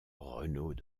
renaud